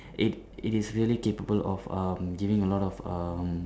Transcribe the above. it it is really capable of um giving a lot of um